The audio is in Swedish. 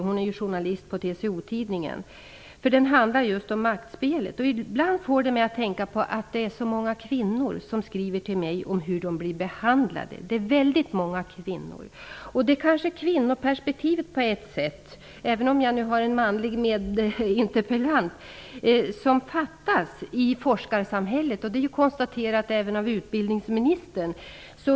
Hon är ju journalist på TCO-Tidningen. Den handlar just om maktspelet. Ibland får det mig att tänka på att det är så många kvinnor som skriver till mig om hur de blir behandlade. Det är kanske kvinnoperspektivet som fattas i forskarsamhället, även om jag har en manlig medinterpellant. Det är ju konstaterat även av utbildningsministern.